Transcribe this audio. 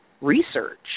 research